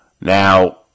Now